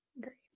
Great